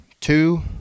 two